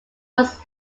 was